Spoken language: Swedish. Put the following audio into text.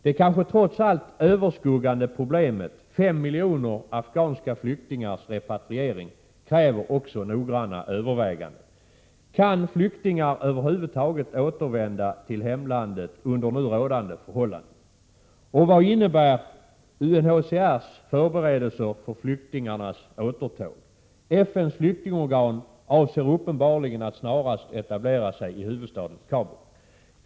Det kanske allt annat överskuggande problemet — 5 miljoner afghanska flyktingars repatriering — kräver också noggranna överväganden. Kan flyktingar över huvud taget återvända till hemlandet under nu rådande förhållanden? Vad innebär UNHCR:s förberedelser för flyktingarnas återtåg? FN:s flyktingorgan avser uppenbarligen att snarast etablera sig i huvudstaden Kabul.